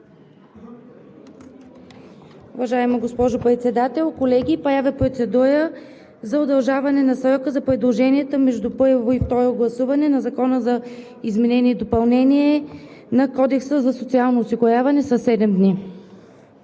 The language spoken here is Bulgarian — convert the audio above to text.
Уважаема госпожо Председател, колеги! Правя процедура за удължаване на срока за предложенията между първо и второ гласуване на Закона за изменение и допълнение на Кодекса за социално осигуряване със